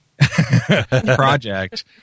project